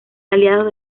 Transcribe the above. aliados